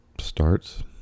starts